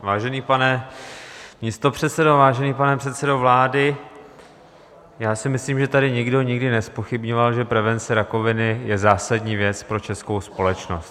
Vážený pane místopředsedo, vážený pane předsedo vlády, já si myslím, že tady nikdo nikdy nezpochybňoval, že prevence rakoviny je zásadní věc pro českou společnost.